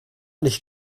nicht